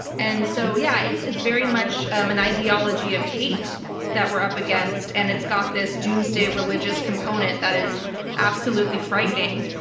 and so yeah, it's it's very much an ideology of hate that we're up against, and it's got this doomsday religious component that is absolutely frightening.